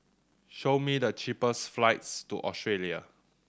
show me the cheapest flights to Australia